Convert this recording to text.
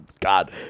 god